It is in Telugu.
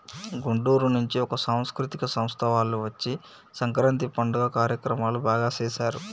గుంటూరు నుంచి ఒక సాంస్కృతిక సంస్థ వాళ్ళు వచ్చి సంక్రాంతి పండుగ కార్యక్రమాలు బాగా సేశారు